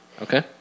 Okay